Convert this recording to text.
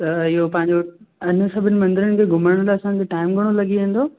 त इहो पंहिंजो हिन सभिनिनि मंदर में घुमण में असांजो टाइम घणो लॻी वेंदो